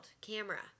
camera